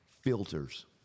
Filters